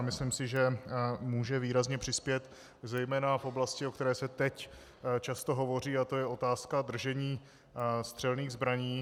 Myslím si, že může výrazně přispět zejména v oblasti, o které se teď často hovoří, a to je otázka držení střelných zbraní.